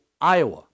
Iowa